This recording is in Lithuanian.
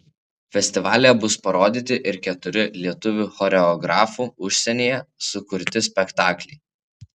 festivalyje bus parodyti ir keturi lietuvių choreografų užsienyje sukurti spektakliai